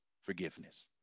forgiveness